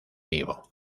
vivo